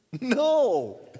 No